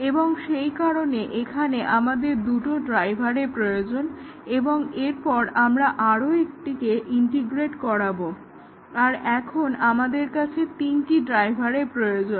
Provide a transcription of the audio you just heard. এবং সেই কারণে এখানে আমাদের দুটো ড্রাইভারের প্রয়োজন এবং এরপর আমরা আরও একটিকে ইন্টিগ্রেট করাবো আর এখন আমাদের তিনটি ড্রাইভারের প্রয়োজন